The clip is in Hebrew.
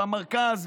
במרכז,